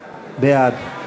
קריאה: בעד.